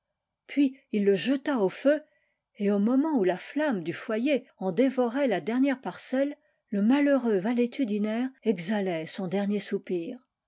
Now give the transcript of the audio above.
puis il le jeta au feu et au moment où la flamme du foyer en dévorait la dernière parcelle le malheureux valétudinaire exhalait son dernier soupir